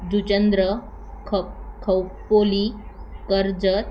जुचंद्र ख खोपोली कर्जत